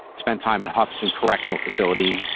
spent time at hopps and correctional facility,